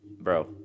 bro